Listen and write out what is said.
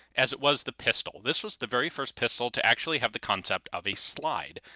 as it was the pistol. this was the very first pistol to actually have the concept of a slide.